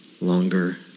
longer